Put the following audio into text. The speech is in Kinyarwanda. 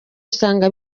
usanga